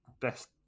Best